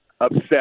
upset